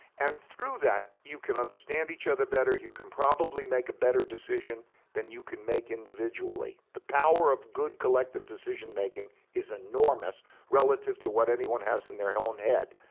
and through that you can understand each other better, you can probably make a better decision than you can make individually. the power of good collective decision making is enormous relative to what anyone has in their own head.